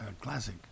classic